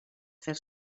fer